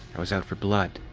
i was out for blood.